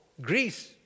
Greece